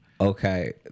Okay